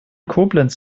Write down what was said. koblenz